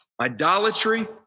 idolatry